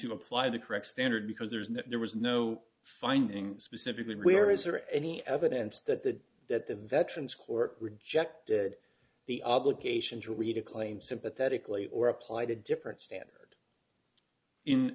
to apply the correct standard because there's no there was no finding specifically where is there any evidence that the that the veterans court rejected the obligation to read a claim sympathetically or applied a different standard in